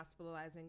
hospitalizing